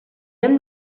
hem